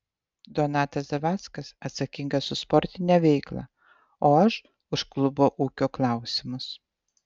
donatas zavackas atsakingas už sportinę veiklą o aš už klubo ūkio klausimus